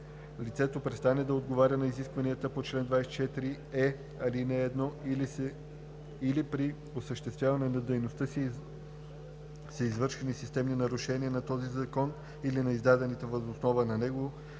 лицето престане да отговаря на изискванията на чл. 24е, ал. 1 или при осъществяване на дейността си са извършени системни нарушения на този закон или на издадените въз основа на него